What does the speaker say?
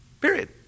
Period